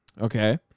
okay